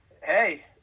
hey